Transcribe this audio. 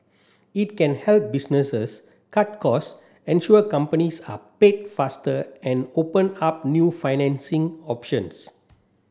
it can help businesses cut costs ensure companies are paid faster and open up new financing options